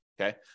Okay